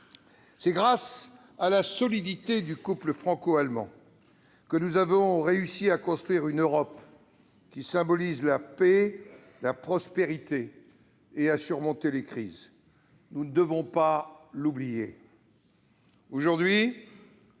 C'est grâce à la solidité du couple franco-allemand que nous avons réussi à construire une Europe qui symbolise la paix et la prospérité et à surmonter les crises. Nous ne devons pas l'oublier ! Aujourd'hui,